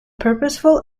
purposeful